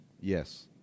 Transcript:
Yes